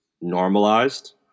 normalized